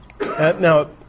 Now